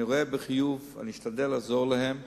אני רואה בחיוב, אני אשתדל לעזור להם,